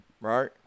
right